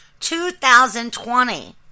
2020